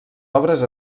obres